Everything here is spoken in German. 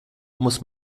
muss